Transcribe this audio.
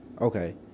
okay